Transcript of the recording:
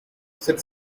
said